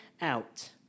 out